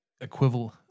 equivalent